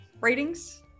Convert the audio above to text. Ratings